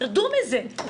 תרדו מזה.